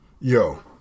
Yo